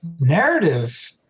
narrative